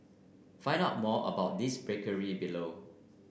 find out more about this bakery below